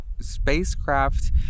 spacecraft